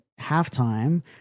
halftime